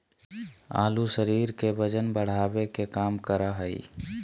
आलू शरीर के वजन बढ़ावे के काम करा हइ